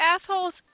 assholes